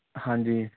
ਹਾਂਜੀ